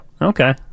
Okay